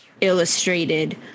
illustrated